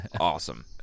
awesome